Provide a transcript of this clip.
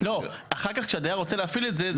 לא, אחר כך, כשהדייר רוצה להפעיל את זה.